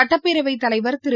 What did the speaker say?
சுட்டப்பேரவை தலைவர் திரு